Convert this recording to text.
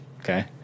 Okay